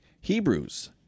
Hebrews